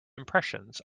impressions